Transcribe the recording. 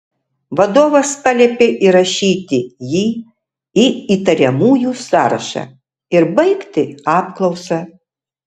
vadovas paliepė įrašyti jį į įtariamųjų sąrašą ir baigti apklausą